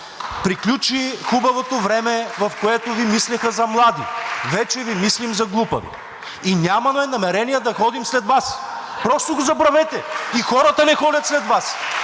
Приключи хубавото време, в което Ви мислеха за млади. Вече Ви мислим за глупави и нямаме намерение да ходим след Вас. Просто го забравете! (Смях и ръкопляскания